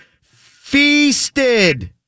Feasted